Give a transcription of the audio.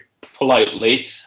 politely